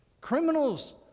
Criminals